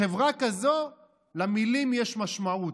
בחברה כזו למילים יש משמעות,